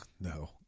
No